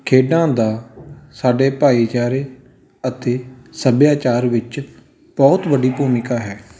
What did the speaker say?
ਖੇਡਾਂ ਦਾ ਸਾਡੇ ਭਾਈਚਾਰੇ ਅਤੇ ਸੱਭਿਆਚਾਰ ਵਿੱਚ ਬਹੁਤ ਵੱਡੀ ਭੂਮਿਕਾ ਹੈ